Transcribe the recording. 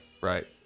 right